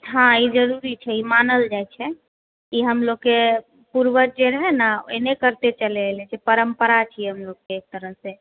हँ ई जरुरी छै ई मानल जाइ छै की हमलोग के पूर्वज जे रहै ने एहने करते चलि एलै ई परम्परा छियै हमलोग के एकतरह से